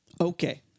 Okay